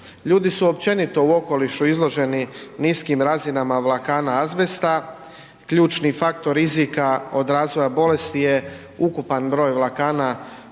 Ljudi su općenito u okolišu izloženi niskim razinama vlakana azbesta, ključni faktor rizika od razvoja bolesti je ukupan broj vlakana